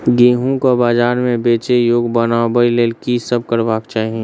गेंहूँ केँ बजार मे बेचै योग्य बनाबय लेल की सब करबाक चाहि?